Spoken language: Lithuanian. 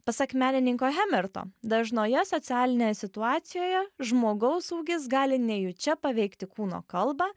pasak menininko hemerto dažnoje socialinėje situacijoje žmogaus ūgis gali nejučia paveikti kūno kalbą